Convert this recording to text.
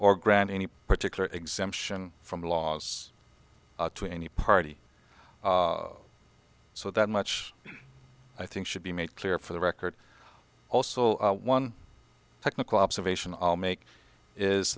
or grant any particular exemption from laws to any party so that much i think should be made clear for the record also one technical observation i'll make is